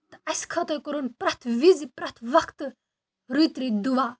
تہٕ اَسہِ خٲطرٕ کوٚرُن پرٛٮ۪تھ وِزِ پرٛٮ۪تھ وقتہٕ رٔتۍ رٔتۍ دُعا